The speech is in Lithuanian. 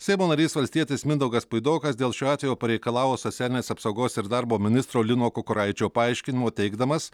seimo narys valstietis mindaugas puidokas dėl šio atvejo pareikalavo socialinės apsaugos ir darbo ministro lino kukuraičio paaiškinimo teigdamas